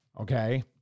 okay